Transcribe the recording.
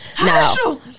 no